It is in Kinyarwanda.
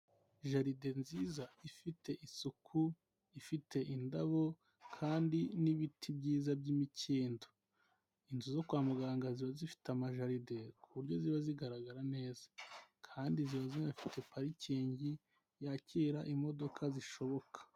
Jaride nziza ifite isuku ifite indabo kandi n'ibiti byiza by'imikindo, inzu zo kwa muganga ziba zifite amajaride ku buryo ziba zigaragara neza, kandi zuzuye afite parikingi yakira imodoka zishoboka.